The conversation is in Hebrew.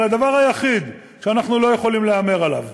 אבל הדבר היחיד שאנחנו לא יכולים להמר עליו,